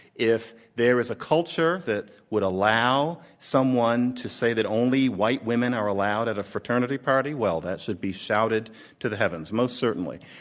if there is a culture that would allow someone to say that only white women are allowed at a fraternity party, well, that should be shouted to the heavens most certainly.